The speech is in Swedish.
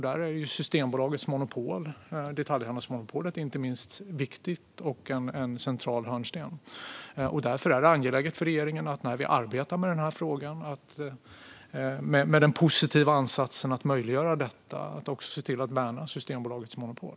Där är Systembolagets monopol, detaljhandelsmonopolet, inte minst viktigt och en central hörnsten. Därför är det angeläget för regeringen att vi, när vi arbetar med denna fråga med den positiva ansatsen att möjliggöra detta, också ser till att värna Systembolagets monopol.